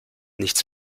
nichts